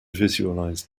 visualise